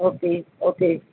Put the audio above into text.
okay એ okay